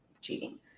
cheating